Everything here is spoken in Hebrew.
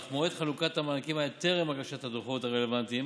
אך מועד חלוקת המענקים היה טרם הגשת הדוחות הרלוונטיים